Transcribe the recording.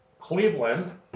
Cleveland